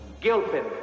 Gilpin